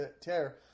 tear